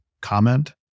comment